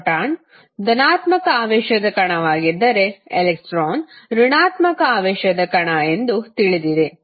proton ಧನಾತ್ಮಕ ಆವೇಶದ ಕಣವಾಗಿದ್ದರೆ ಎಲೆಕ್ಟ್ರಾನ್ ರುಣಾತ್ಮಕ ಆವೇಶದ ಕಣ ಎಂದು ತಿಳಿದಿದೆ